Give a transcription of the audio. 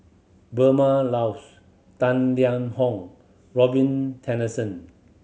Vilma Laus Tang Liang Hong Robin Tessensohn